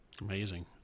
Amazing